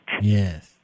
Yes